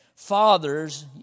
Fathers